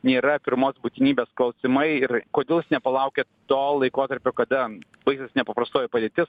nėra pirmos būtinybės klausimai ir kodėl jūs nepalaukiat to laikotarpio kada baigsis nepaprastoji padėtis